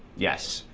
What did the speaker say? yes.